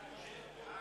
כהצעת הוועדה,